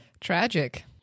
tragic